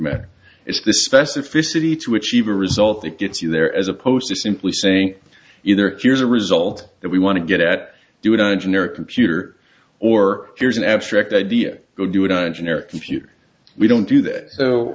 matter it's the specificity to achieve a result that gets you there as opposed to simply saying either here's a result that we want to get at do it on a generic computer or here's an abstract idea to do it on a generic computer we don't do that so